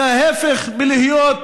ההפך מלהיות